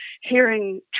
hearing